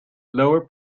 lower